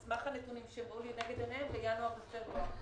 על סמך הנתונים שהם ראו לנגד עיניהם בינואר ובפברואר.